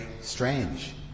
strange